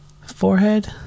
Forehead